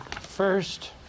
first